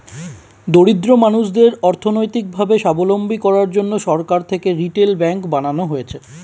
দরিদ্র মানুষদের অর্থনৈতিক ভাবে সাবলম্বী করার জন্যে সরকার থেকে রিটেল ব্যাঙ্ক বানানো হয়েছে